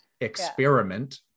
Experiment